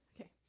Okay